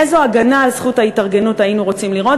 איזו הגנה על זכות ההתארגנות היינו רוצים לראות